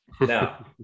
Now